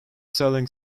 selling